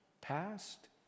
past